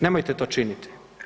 Nemojte to činiti!